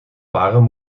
waren